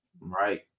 Right